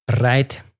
Right